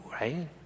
right